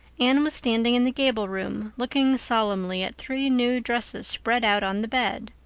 anne was standing in the gable room, looking solemnly at three new dresses spread out on the bed.